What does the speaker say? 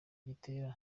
gitera